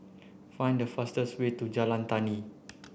find the fastest way to Jalan Tani